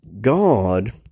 God